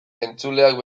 entzuleak